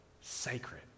sacred